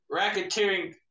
racketeering